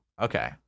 Okay